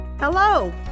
Hello